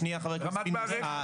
חבר הכנסת פינדרוס,